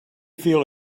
feel